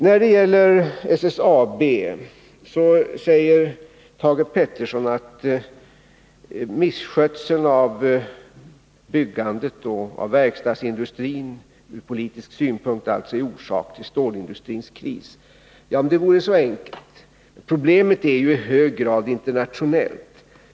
När det gäller SSAB säger Thage Peterson att misskötseln av byggandet och verkstadsindustrin från politisk synpunkt är orsaken till stålindustrins kris. Om det vore så enkelt! Problemet är ju i hög grad internationellt.